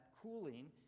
cooling